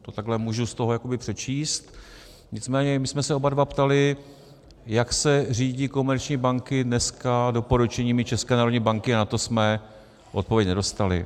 To takhle můžu z toho jakoby přečíst, nicméně my jsme se oba dva ptali, jak se řídí komerční banky dneska doporučeními České národní banky, a na to jsme odpověď nedostali.